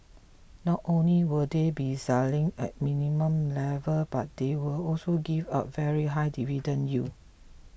not only will they be selling at minimal level but they will also give up very high dividend yields